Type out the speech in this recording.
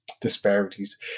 disparities